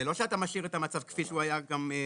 זה לא שאתה משאיר את המצב כפי שהוא היה קודם.